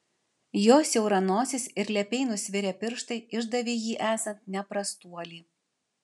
jo siaura nosis ir lepiai nusvirę pirštai išdavė jį esant ne prastuoli